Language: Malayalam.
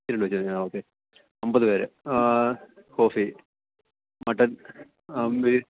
ഈരണ്ട് വെച്ച് മതി ആ ഓക്കെ അൻപത് പേര് കോഫി മട്ടൻ നമ്മൾ ഈ